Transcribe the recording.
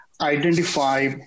identify